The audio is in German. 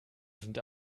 sind